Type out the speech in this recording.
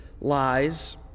lies